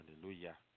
Hallelujah